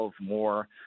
more